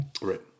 Right